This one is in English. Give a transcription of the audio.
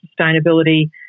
sustainability